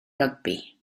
rygbi